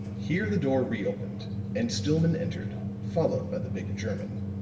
here the door re-opened and stillman entered, followed by the big german.